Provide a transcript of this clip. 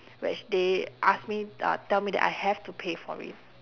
which they ask me ah tell me that I have to pay for it